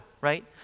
right